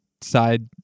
side